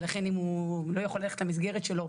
ולכן אם הוא לא יכול ללכת למסגרת שלו,